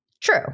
True